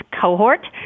cohort